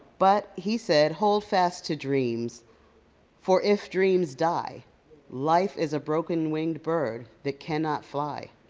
but he said, hold fast to dreams for if dreams die life is a broken-winged bird that cannot fly.